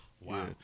Wow